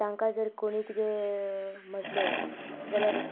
तांकां जर कोणीय कितें म्हणलें जाल्यार